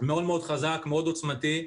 מאוד חזק ועוצמתי,